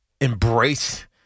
embrace